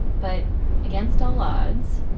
but against all odds,